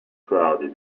crowded